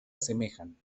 asemejan